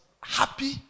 happy